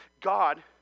God